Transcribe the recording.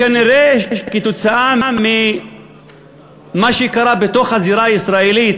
כנראה כתוצאה ממה שקרה בתוך הזירה הישראלית